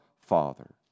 Father